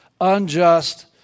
unjust